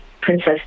Princess